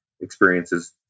experiences